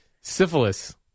syphilis